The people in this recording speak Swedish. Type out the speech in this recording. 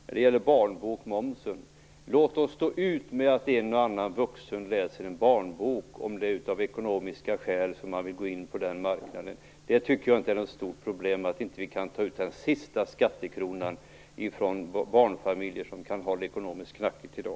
När det gäller barnboksmomsen vill jag säga följande: Låt oss stå ut med att en och annan vuxen läser en barnbok, om man vill gå in på den marknaden av ekonomiska skäl. Jag tycker inte att det är något stort problem att vi inte kan ta ut den sista skattekronan från barnfamiljer som kan ha det ekonomiskt knackigt i dag.